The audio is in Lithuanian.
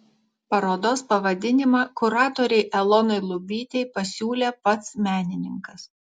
parodos pavadinimą kuratorei elonai lubytei pasiūlė pats menininkas